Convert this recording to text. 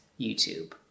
YouTube